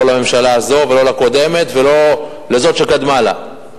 לא לממשלה הזאת ולא לקודמת ולא לזאת שקדמה לה.